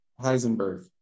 Heisenberg